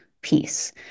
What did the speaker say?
piece